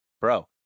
bro